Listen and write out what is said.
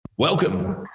Welcome